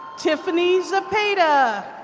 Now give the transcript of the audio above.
tiffany zepeda.